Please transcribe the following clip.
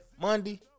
Monday